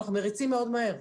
אנחנו מריצים מאוד מהר.